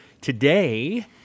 today